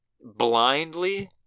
Blindly